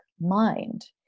mind